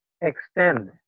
extend